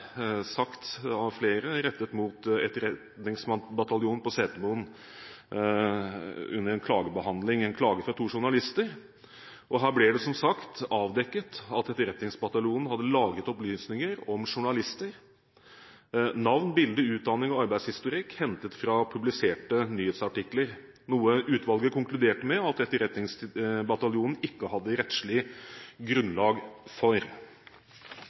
sagt, rettet mot Etterretningsbataljonen på Setermoen under en klagebehandling – en klage fra to journalister. Her ble det, som sagt, avdekket at Etterretningsbataljonen hadde lagret opplysninger om journalister – navn, bilde, utdanning og arbeidshistorikk hentet fra publiserte nyhetsartikler – noe utvalget konkluderte med at Etterretningsbataljonen ikke hadde rettslig grunnlag for.